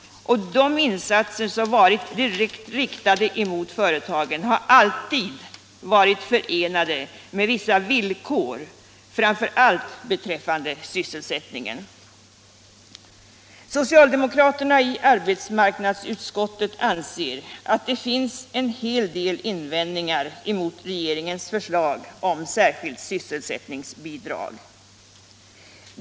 De insatser som har varit direkt riktade mot företagen har alltid varit förenade med vissa villkor, framför allt beträffande sysselsättningen. Socialdemokraterna i arbetsmarknadsutskottet anser att en hel del invändningar kan riktas mot regeringens förslag till särskilt sysselsättningsbidrag.